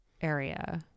area